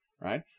Right